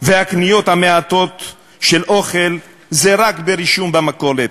והקניות המעטות של אוכל זה רק ברישום במכולת.